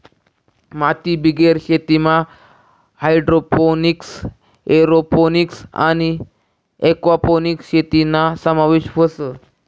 मातीबिगेर शेतीमा hydroponics, aeroponics आणि एक्वापोनिक्स शेतीना समावेश व्हस